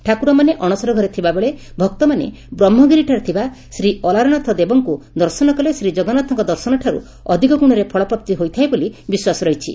ଠାକୁରମାନେ ଅଣସର ଘରେ ଥିବାବେଳେ ଭକ୍ତମାନେ ବ୍ରହ୍କଗିରି ଠାରେଥିବା ଶ୍ରୀଅଲାରନାଥ ଦେବଙ୍ଙୁ ଦର୍ଶନ କଲେ ଜଗନ୍ନାଥଙ୍କ ଦର୍ଶନ ଠାରୁ ଅଧିକ ଗୁଣରେ ଫଳପ୍ରାପ୍ତି ହୋଇଥାଏ ବୋଲି ବିଶ୍ୱାସ ରହିଛି